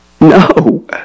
No